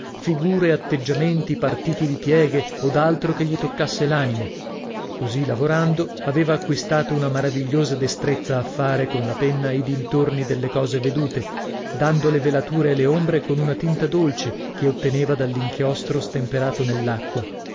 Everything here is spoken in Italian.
figure atteggiamenti partiti di pieghe od altro che gli toccasse l'animo così lavorando aveva acquistato una maravigliosa destrezza a fare con la penna i dintorni delle cose vedute dando le velature e le ombre con una tinta dolce che otteneva dall'inchiostro stemperato nell'acqua